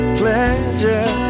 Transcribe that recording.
pleasure